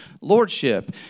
lordship